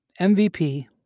MVP